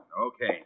Okay